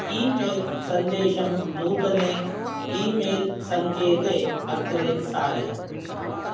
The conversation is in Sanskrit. ई मेल् सन्देशं नूतने ई मेल् संकेते अग्रे सारय